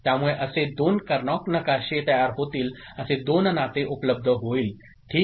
त्यामुळे असे दोन Karnaugh नकाशेतयार होतील असे दोन नाते उपलब्ध होईल ठीक